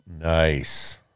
Nice